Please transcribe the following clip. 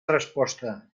resposta